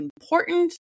important